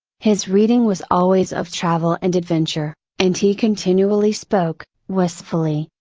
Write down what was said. his reading was always of travel and adventure, and he continually spoke, wistfully,